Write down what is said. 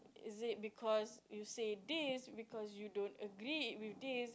is it because you said this because you don't agree with this